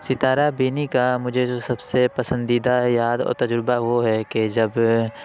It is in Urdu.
ستارہ بینی کا مجھے جو سب سے پسندیدہ یاد اور تجربہ وہ ہے کہ جب